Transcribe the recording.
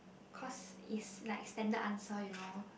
cause is like standard answer you know